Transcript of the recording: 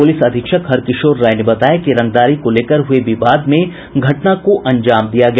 police अधीक्षक हरकिशोर राय ने बताया कि रंगदारी को लेकर हुए विवाद में घटना को अंजाम दिया गया